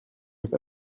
with